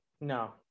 No